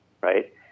right